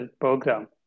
program